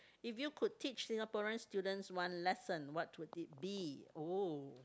if you could teach Singaporean students one lesson what would it be oh